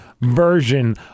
version